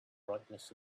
brightness